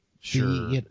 Sure